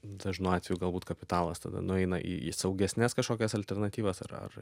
dažnu atveju galbūt kapitalas tada nueina į į saugesnes kažkokias alternatyvas ar ar